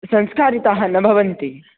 संस्कारिताः न भवन्ति